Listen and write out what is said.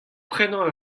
prenañ